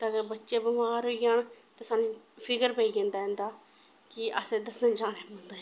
ते अगर बच्चे बमार होई जान ते सानूं फिकर पेई जंदा इं'दा कि असें दस्सने जाना पौंदा ऐ